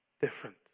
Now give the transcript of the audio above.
different